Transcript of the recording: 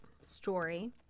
story